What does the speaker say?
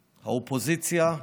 האופוזיציה,